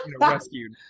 rescued